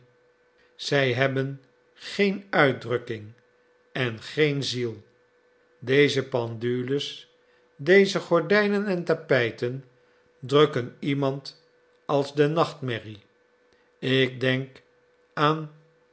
zij hebben geen uitdrukking en geen ziel deze pendules deze gordijnen en tapijten drukken iemand als de nachtmerrie ik denk aan